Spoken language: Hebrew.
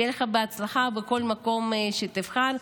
שיהיה לך בהצלחה בכל מקום שתבחר.